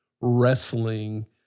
wrestling